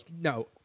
no